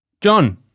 John